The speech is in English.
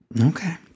Okay